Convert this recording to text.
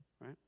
right